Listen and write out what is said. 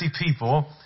people